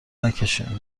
نکشین